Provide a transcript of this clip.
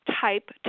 type